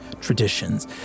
traditions